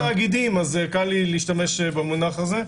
תאגידים ציבוריים קל לי להשתמש במונח הזה.